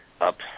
up